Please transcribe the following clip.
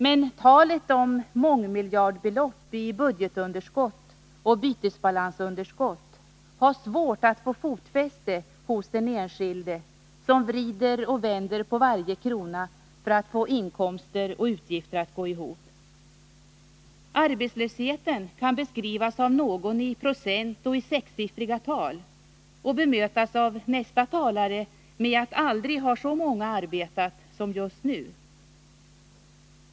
Men talet om mångmiljardbelopp i budgetunderskott och bytesbalansunderskott har svårt att få fotfäste hos den enskilde som vrider och vänder på varje krona för att få inkomster och utgifter att gå ihop. Arbetslösheten kan beskrivas av någon i procent och i sexsiffriga tal och bemötas av nästa talare med att aldrig har så många arbetat som just nu.